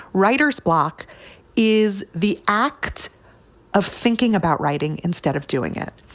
writer's block is the act of thinking about writing instead of doing it.